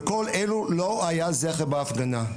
לכל אלו לא היה זכר בהפגנה.